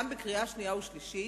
גם בקריאה שנייה ובקריאה שלישית,